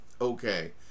okay